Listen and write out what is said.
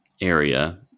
area